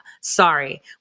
Sorry